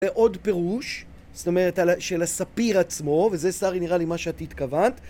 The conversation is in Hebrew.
לעוד פירוש, זאת אומרת, של הספיר עצמו, וזה, שרי, נראה לי מה שאת התכוונת.